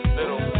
little